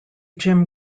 jim